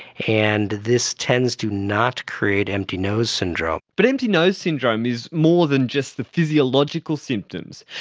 and this tends to not create empty nose syndrome. but empty nose syndrome is more than just the physiological symptoms,